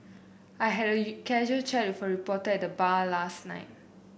I had a you casual chat with a reporter at the bar last night